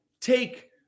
Take